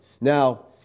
Now